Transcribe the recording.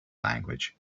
language